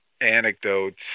anecdotes